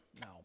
No